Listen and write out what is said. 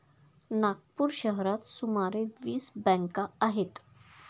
नागपूर शहरात सुमारे वीस बँका आहेत